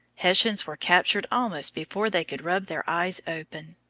hessians were captured almost before they could rub their eyes open.